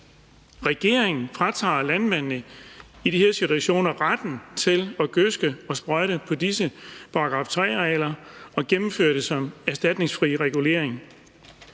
Regeringen fratager i de her situationer landmændene retten til at gødske og sprøjte på disse § 3-arealer og gennemfører det som erstatningsfri regulering.